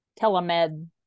telemed